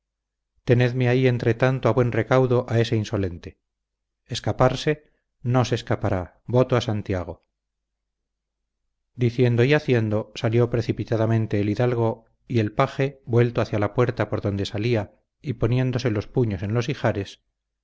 necios tenedme ahí entretanto a buen recaudo a ese insolente escaparse no se escapará voto a santiago diciendo y haciendo salió precipitadamente el hidalgo y el paje vuelto hacia la puerta por donde salía y poniéndose los puños en los ijares